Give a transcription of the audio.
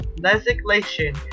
legislation